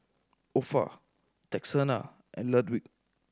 Opha Texanna and Ludwig